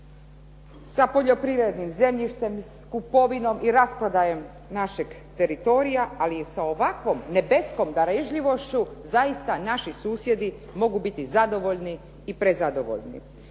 sa poljoprivrednim zemljištem, s kupovinom i rasprodajom našeg teritorija, ali sa ovakvom nebeskom darežljivošću zaista naši susjedi mogu biti zadovoljni i prezadovoljni.